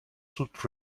should